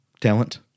Talent